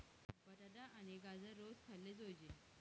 बटाटा आणि गाजर रोज खाल्ले जोयजे